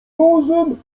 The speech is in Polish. razem